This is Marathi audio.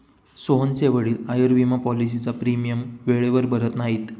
सोहनचे वडील आयुर्विमा पॉलिसीचा प्रीमियम वेळेवर भरत नाहीत